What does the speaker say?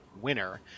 winner